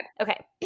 Okay